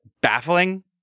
baffling